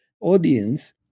audience